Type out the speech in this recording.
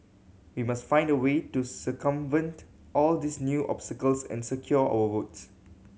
we must find the way to circumvent all these new obstacles and secure our votes